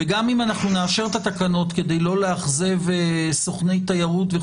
וגם אם אנחנו נאשר את התקנות כדי לא לאכזב סוכני תיירות,